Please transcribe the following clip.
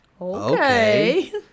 okay